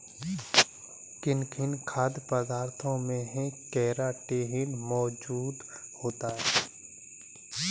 किन किन खाद्य पदार्थों में केराटिन मोजूद होता है?